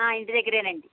ఇంటి దగ్గరేనండి